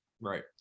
Right